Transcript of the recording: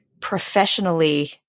professionally